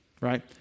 right